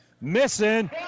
missing